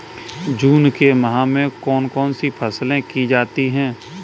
जून के माह में कौन कौन सी फसलें की जाती हैं?